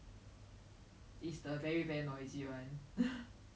err celebrities that are private okay okay